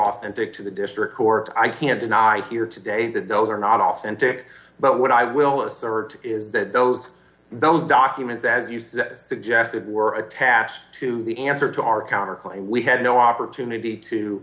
authentic to the district court i can't deny here today that those are not authentic but what i will assert is that both the documents as you suggested were attached to the answer to our counter claim we had no opportunity to